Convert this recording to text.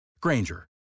Granger